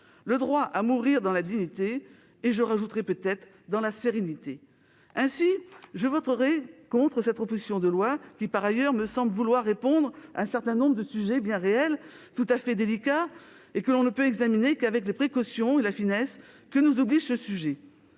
le droit à mourir dans la dignité et, j'ajouterai, dans la sérénité. Aussi, je voterai contre cette proposition de loi qui, par ailleurs, me semble apporter des solutions à un certain nombre de problèmes bien réels, tout à fait délicats, et que l'on ne peut examiner qu'avec les précautions et la finesse auxquelles nous oblige ce sujet.